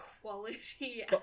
quality